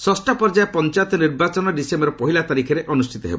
ଷଷ୍ଠ ପର୍ଯ୍ୟାୟ ପଞ୍ଚାୟତ ନିର୍ବାଚନ ଡିସେମ୍ବର ପହିଲା ତାରିଖରେ ହେବ